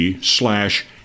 slash